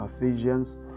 Ephesians